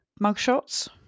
mugshots